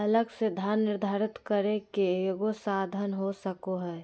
अलग से धन निर्धारित करे के एगो साधन हो सको हइ